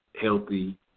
healthy